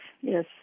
yes